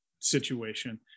situation